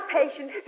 patient